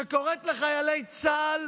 שקוראת לחיילי צה"ל